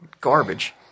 Garbage